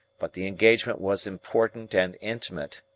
but the engagement was important and intimate.